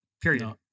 Period